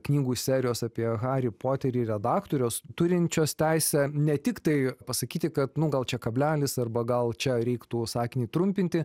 knygų serijos apie harį poterį redaktorės turinčios teisę ne tiktai pasakyti kad nu gal čia kablelis arba gal čia reiktų sakinį trumpinti